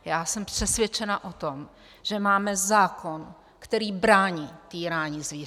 Já jsem přesvědčena o tom, že máme zákon, který brání týrání zvířat.